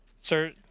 Sir